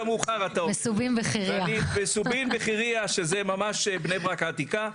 מסובין בחירייה, שזה ממש בני ברק העתיקה.